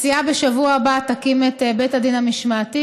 בשבוע הבא הנשיאה תקים את בית הדין המשמעתי.